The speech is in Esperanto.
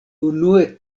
unue